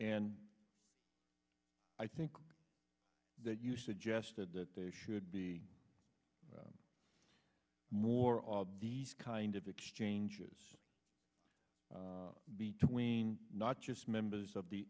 and i think that you suggested that there should be more of these kind of exchanges between not just members of the